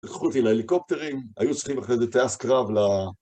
לקחו אותי להליקופטרים. היו צריכים אחרי זה טייס קרב ל...